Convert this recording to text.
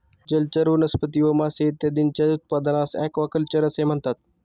जलचर वनस्पती व मासे इत्यादींच्या उत्पादनास ॲक्वाकल्चर असे म्हणतात